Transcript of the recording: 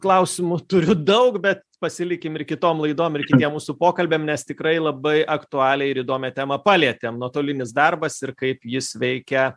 klausimų turiu daug bet pasilikim ir kitom laidom ir kitiem mūsų pokalbiam nes tikrai labai aktualią ir įdomią temą palietėm nuotolinis darbas ir kaip jis veikia